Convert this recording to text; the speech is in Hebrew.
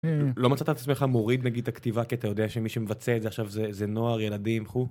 לא מצאת את עצמך מוריד נגיד את הכתיבה כי אתה יודע שמי שמבצע את זה עכשיו זה נוער ילדים.